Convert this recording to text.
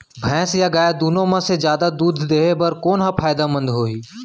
भैंस या गाय दुनो म से जादा दूध देहे बर कोन ह फायदामंद होही?